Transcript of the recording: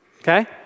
okay